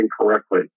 incorrectly